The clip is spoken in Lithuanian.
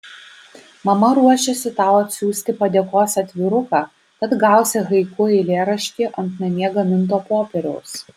mama ruošiasi tau atsiųsti padėkos atviruką tad gausi haiku eilėraštį ant namie gaminto popieriaus